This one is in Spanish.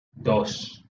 dos